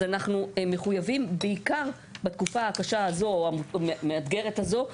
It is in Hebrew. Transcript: אז אנחנו מחויבים במיוחד בתקופה הקשה והמאתגרת הזו,